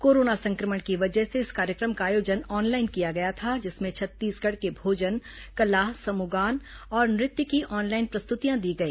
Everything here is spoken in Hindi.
कोरोना संक्रमण की वजह से इस कार्यक्रम का आयोजन ऑनलाइन किया गया था जिसमें छत्तीसगढ़ के भोजन कला समूह गान और नृत्य की ऑनलाइन प्रस्तुतियां दी गई